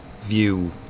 view